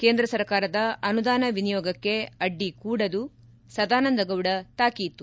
ಕೇಂದ್ರ ಸರ್ಕಾರದ ಅನುದಾನ ವಿನಿಯೋಗಕ್ಕೆ ಅಡ್ಡಿ ಕೂಡದು ಸದಾನಂದ ಗೌಡ ತಾಕೀತು